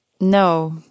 No